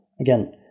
Again